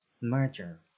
Merger